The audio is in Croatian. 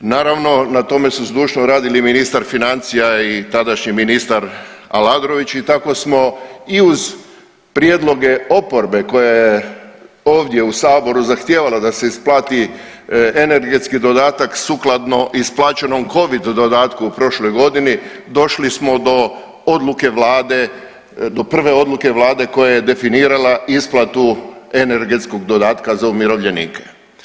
Naravno, na tome su zdušno radili i ministar financija i tadašnji ministar Aladrović i tako smo i uz prijedloge oporbe koja je ovdje u Saboru zahtijevala da se isplati energetski dodatak sukladno isplaćenom Covid dodatku u prošloj godini, došli smo do odluke Vlade, do prve odluke Vlade koja je definirala isplatu energetskog dodatka za umirovljenike.